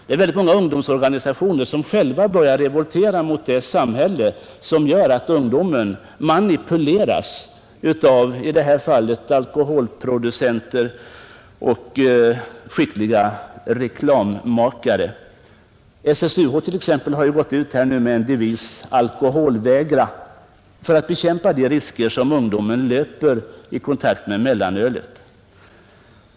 Ett flertal ungdomsorganisationer börjar själva revoltera mot det samhälle som låter ungdomen manipuleras av i det här fallet alkoholproducenter och skickliga reklammakare. SSUH t.ex. har gått ut med devisen ”Alkoholvägra” för att bekämpa de risker som ungdomen löper i kontakt med mellanölet.